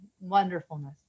wonderfulness